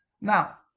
Now